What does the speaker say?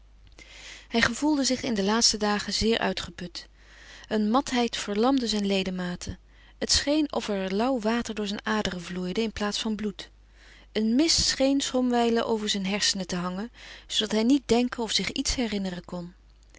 hij gevoelde zich in de laatste dagen zeer uitgeput een matheid verlamde zijn ledematen het scheen hem of er lauw water door zijn aderen vloeide in plaats van bloed een mist scheen somwijlen over zijn hersenen te hangen zoodat hij niet denken of zich iets herinneren kon